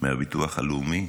מהביטוח הלאומי?